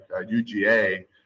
UGA